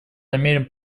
намерен